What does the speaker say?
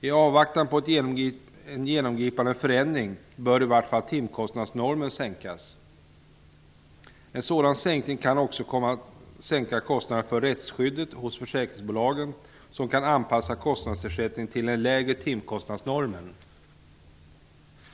I avvaktan på en genomgripande förändring bör i vart fall timkostnadsnormen sänkas. En sådan sänkning kan också komma att sänka kostnaderna för rättsskyddet hos försäkringsbolagen, som kan anpassa kostnadsersättningen till en lägre timkostnadsnorm.